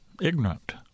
ignorant